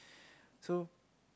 so